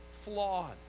flawed